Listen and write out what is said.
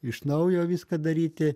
iš naujo viską daryti